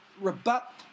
rebut